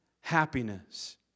happiness